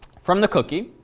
from the cookie.